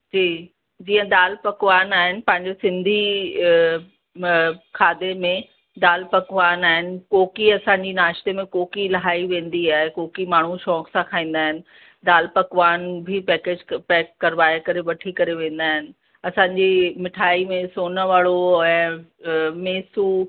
जी जीअं दालि पकवान आहिनि पंहिंजो सिंधी खाधे में दालि पकवान आहिनि कोकी असांजी नाश्ते में कोकी इलाही वेंदी आहे कोकी माण्हू शौक़ु सां खाईंदा आहिनि दालि पकवान बि पैकेज पैक कराए करे वठी करे वेंदा आहिनि असांजी मिठाई में सोनवड़ो ऐं मेसू